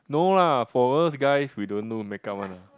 no lah for us guys we don't know makeup one lah